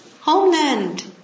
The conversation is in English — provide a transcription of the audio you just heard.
homeland